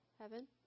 Heaven